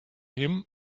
him